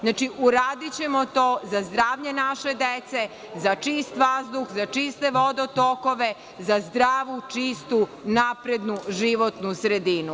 Znači, uradićemo to za zdravlje naše dece, za čist vazduh, za čiste vodotokove, za zdravu, čistu naprednu životnu sredinu.